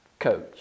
coach